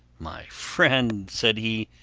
my friend, said he,